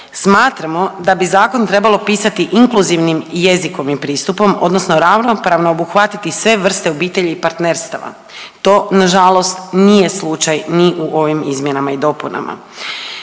smatramo da bi Zakon trebalo pisati inkluzivnim jezikom i pristupom, odnosno ravnopravno obuhvatiti sve vrste obitelji i partnerstava. To nažalost nije slučaj ni u ovim izmjenama i dopunama.